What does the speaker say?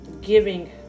giving